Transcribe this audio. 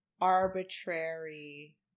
arbitrary